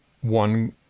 one